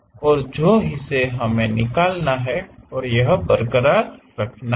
और जो हिस्सा हमें निकालना है और यह बरकरार है